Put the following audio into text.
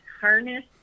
Harness